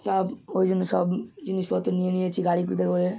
যা ওই জন্য সব জিনিসপত্ত নিয়ে নিয়েছি গাড়িতে করে